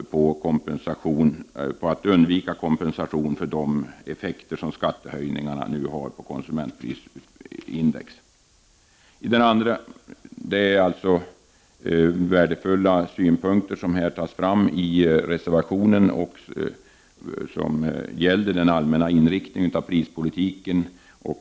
I reservationen sägs också att man bör överväga åtgärder för att undvika krav på kompensation för de effekter som skattehöjningarna har på konsumentprisindex. Det är värdefulla synpunkter som tas fram i reservationen som gäller den allmänna inriktningen av prispolitiken.